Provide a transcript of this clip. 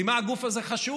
כי מה הגוף הזה חשוב.